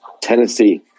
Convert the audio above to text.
Tennessee